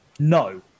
No